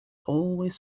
always